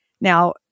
Now